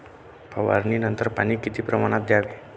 फवारणीनंतर पाणी किती प्रमाणात द्यावे?